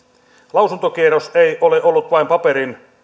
lausuntokierros ei ole ollut vain paperin